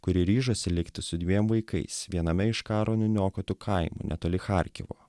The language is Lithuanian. kuri ryžosi likti su dviem vaikais viename iš karo nuniokotų kaimų netoli charkivo